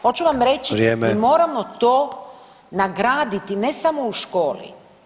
Hoću vam reći [[Upadica: Vrijeme.]] mi moramo to nagraditi, ne samo u školi.